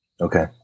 Okay